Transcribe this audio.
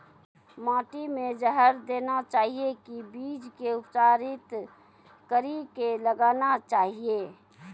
माटी मे जहर देना चाहिए की बीज के उपचारित कड़ी के लगाना चाहिए?